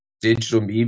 digital